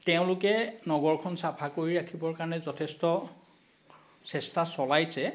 তেওঁলোকে নগৰখন চাফা কৰি ৰাখিবৰ কাৰণে যথেষ্ট চেষ্টা চলাইছে